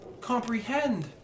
comprehend